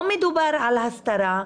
לא מדובר על הסתרה.